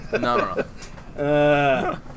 No